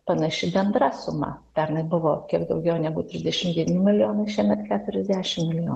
panaši bendra suma pernai buvo kiek daugiau negu trisdešimt devyni milijonai šiemet keturiasdešimt milijonų